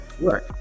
work